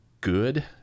good